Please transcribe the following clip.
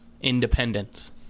independence